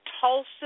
Tulsa